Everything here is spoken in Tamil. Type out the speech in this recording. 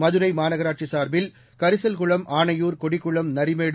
மதுரை மாநகராட்சி சார்பில் கரிசல்குளம் ஆனையூர் கொடிக்குளம் நரிமேடு